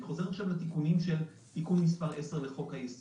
אני חוזר עכשיו לתיקון מס' 10 לחוק-היסוד.